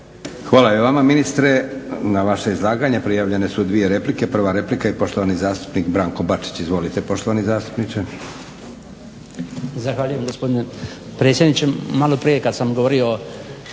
Hvala i vama ministre. Na vaše izlaganje prijavljene su dvije replike. Prva replika i poštovani zastupnik Branko Bačić. Izvolite poštovani zastupniče.